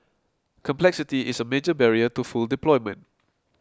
complexity is a major barrier to full deployment